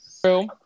True